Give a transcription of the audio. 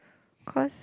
cause